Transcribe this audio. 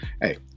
hey